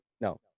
no